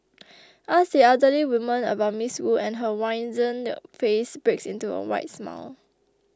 ask the elderly woman about Miss Wu and her wizened face breaks into a wide smile